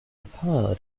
pod